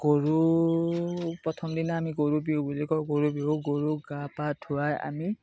গৰু প্ৰথম দিনা আমি গৰু বিহু বুলি কওঁ গৰু বিহুত গৰুক গা পা ধুৱাই আমি